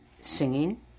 Singing